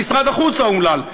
למשרד החוץ האומלל.